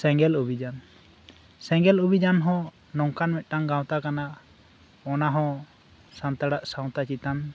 ᱥᱮᱸᱜᱮᱞ ᱚᱵᱷᱤᱡᱟᱱ ᱥᱮᱸᱜᱮᱞ ᱚᱵᱷᱤᱡᱟᱱ ᱦᱚᱸ ᱱᱚᱝᱠᱟᱱ ᱢᱤᱫᱴᱟᱝ ᱜᱟᱶᱛᱟ ᱠᱟᱱᱟ ᱚᱱᱟᱦᱚᱸ ᱥᱟᱱᱛᱟᱲᱟᱜ ᱥᱟᱶᱛᱟ ᱪᱮᱛᱟᱱ